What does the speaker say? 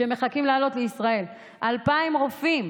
שמחכים לעלות לישראל, 2,000 רופאים